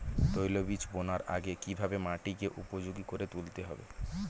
তৈলবীজ বোনার আগে কিভাবে মাটিকে উপযোগী করে তুলতে হবে?